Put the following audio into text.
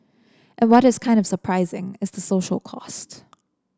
and what is kind of surprising is the social cost